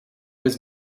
was